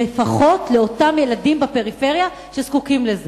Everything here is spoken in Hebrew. לפחות לאותם ילדים בפריפריה שזקוקים לזה?